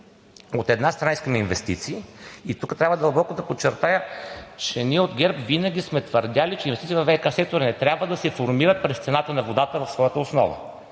От една страна, искаме инвестиции. И тук трябва дълбоко да подчертая, че ние от ГЕРБ винаги сме твърдели, че инвестициите във ВиК сектора не трябва да се формират през цената на водата в своята основа.